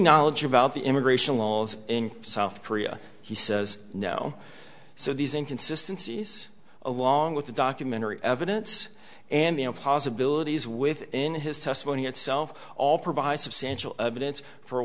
knowledge about the immigration laws in south korea he says no so these in consistencies along with the documentary evidence and the possibilities within his testimony itself all provide substantial evidence for